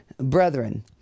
brethren